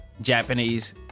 japanese